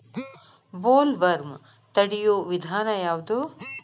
Bollworm ತಡಿಯು ವಿಧಾನ ಯಾವ್ದು?